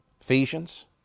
Ephesians